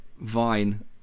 vine